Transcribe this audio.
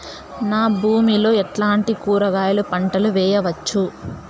నా భూమి లో ఎట్లాంటి కూరగాయల పంటలు వేయవచ్చు?